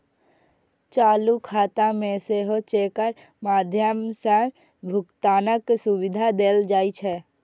चालू खाता मे सेहो चेकक माध्यम सं भुगतानक सुविधा देल जाइ छै